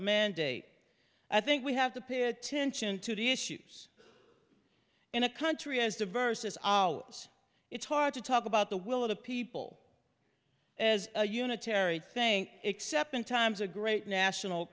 mandate i think we have to pay attention to the issues in a country as to versus ours it's hard to talk about the will of the people as a unitary thing except in times of great national